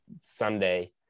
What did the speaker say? Sunday